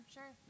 Sure